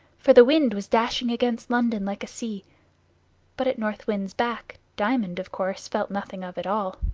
for the wind was dashing against london like a sea but at north wind's back diamond, of course, felt nothing of it all.